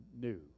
new